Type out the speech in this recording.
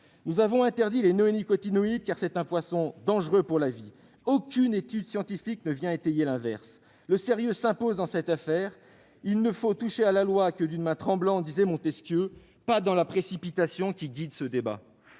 Nous avons interdit les néonicotinoïdes, car c'est un poison dangereux pour la vie. Aucune étude scientifique ne vient étayer l'inverse ! Le sérieux s'impose dans cette affaire. « Il ne faut toucher à la loi que d'une main tremblante », affirmait Montesquieu, pas dans la précipitation qui guide ce débat.